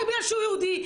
רק בגלל שהוא יהודי,